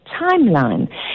timeline